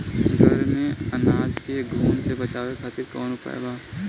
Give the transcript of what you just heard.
घर में अनाज के घुन से बचावे खातिर कवन उपाय बा?